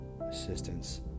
assistance